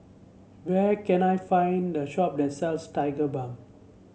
where can I find a shop that sells Tigerbalm